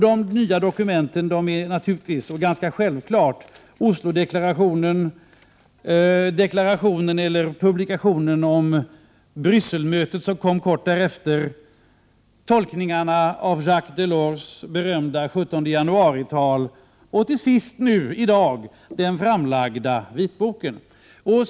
De nya dokumenten är — det är ganska självklart — Oslo-deklarationen, publikationen om Bryssel-mötet, som kom kort därefter, tolkningarna av Jacques Delors berömda 17-januarital och till sist den i dag framlagda vitboken.